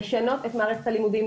לשנות את מערכת הלימודים,